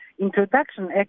introduction